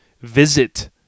Visit